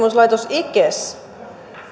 ices